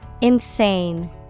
Insane